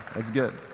it's good.